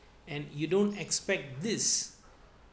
and you don't expect this